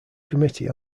committee